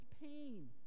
pain